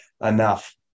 enough